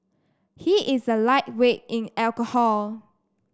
he is a lightweight in alcohol